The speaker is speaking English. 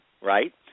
right